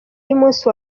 y’umunsi